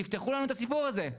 תפתחו לנו את הסיפור הזה.